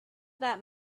that